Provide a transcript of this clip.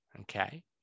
okay